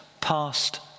past